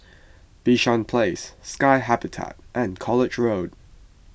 Bishan Place Sky Habitat and College Road